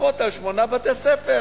אחות על שמונה בתי-ספר.